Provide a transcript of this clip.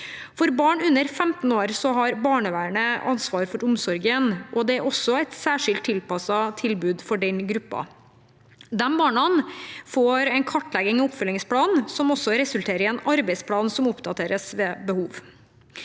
For barn under 15 år har barnevernet ansvaret for omsorgen, og det er et særskilt tilpasset tilbud for den gruppen. Disse barna får en kartlegging og en oppfølgingsplan som også resulterer i en arbeidsplan som oppdateres ved behov.